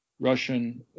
Russian